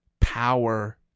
power